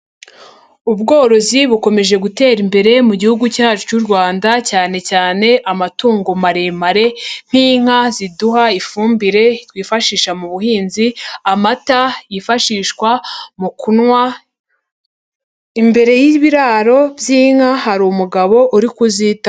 Ubworozi bukomeje gutera imbere mu gihugu cyacu cy'u Rwanda cyane cyane amatungo maremare nk'inka ziduha ifumbire twifashisha mu buhinzi, amata yifashishwa mu kunywa, imbere y'ibiraro by'inka hari umugabo uri kuzitaho.